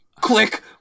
click